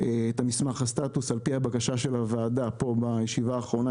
את מסמך הסטטוס על פי בקשת הוועדה בישיבה האחרונה,